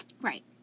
Right